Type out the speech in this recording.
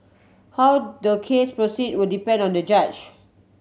how the case proceed will depend on the judge